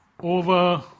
over